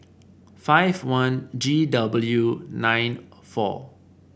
five one G W nine four